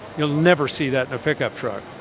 you'll never see that in a pickup truck.